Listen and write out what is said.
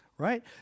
right